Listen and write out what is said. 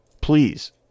Please